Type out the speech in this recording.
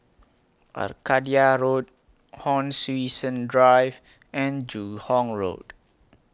Arcadia Road Hon Sui Sen Drive and Joo Hong Road